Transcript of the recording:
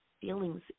feelings